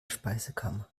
speisekammer